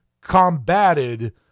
combated